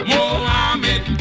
Mohammed